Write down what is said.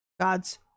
god's